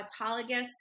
autologous